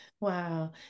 Wow